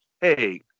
hey